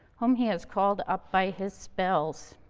whom he has called up by his spells.